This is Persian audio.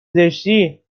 زشتی